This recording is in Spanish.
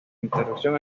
interrupción